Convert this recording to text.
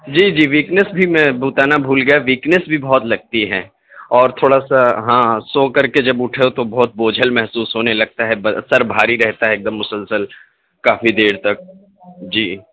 جی جی ویکنیس بھی میں بتانا بھول گیا ویکنیس بھی بہت لگتی ہے اور تھوڑا سا ہاں سو کر کے جب اٹھو تو بہت بوجھل محسوس ہونے لگتا ہے سر بھاری رہتا ہے ایک دم مسلسل کافی دیر تک جی